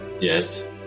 Yes